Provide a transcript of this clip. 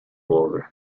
obra